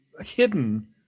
hidden